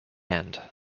end